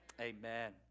amen